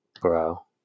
bro